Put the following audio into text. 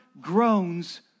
groans